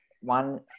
one